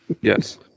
yes